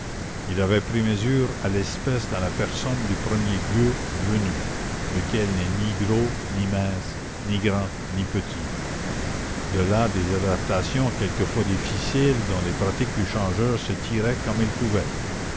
il avait pris mesure à l'espèce dans la personne du premier gueux venu lequel n'est ni gros ni mince ni grand ni petit de là des adaptations quelquefois difficiles dont les pratiques du changeur se tiraient comme elles pouvaient